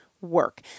work